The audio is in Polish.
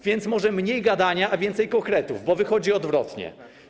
Więc może mniej gadania, a więcej konkretów, bo wychodzi odwrotnie.